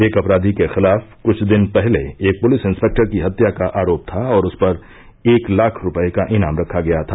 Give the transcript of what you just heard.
एक अपराधी के खिलाफ क्छ दिन पहले एक पुलिस इंस्पेक्टर की हत्या का आरोप था और उसपर एक लाख रूपये का इनाम रखा गया था